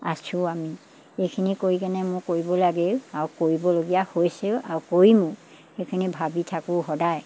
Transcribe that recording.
আছো আমি এইখিনি কৰি কেনে মোৰ কৰিব লাগেও আৰু কৰিবলগীয়া হৈছেও আৰু কৰিমো সেইখিনি ভাবি থাকোঁ সদায়